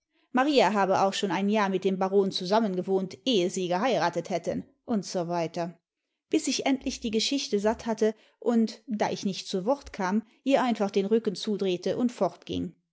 maria habe auch schon ein jahr mit dem baron zusammengewohnt ehe sie geheiratet hätten usw bis ich endlich die geschichte satt hatte und da ich nicht zu worte kam ihr einfach den rücken zudrehte und fortging